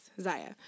Zaya